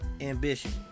ambition